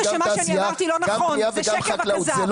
זה שקר וכזב.